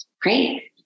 Great